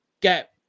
get